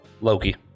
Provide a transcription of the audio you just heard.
Loki